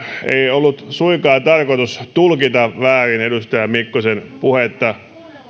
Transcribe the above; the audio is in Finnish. ei ollut suinkaan tarkoitus tulkita väärin edustaja mikkosen puhetta